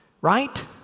right